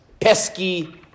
pesky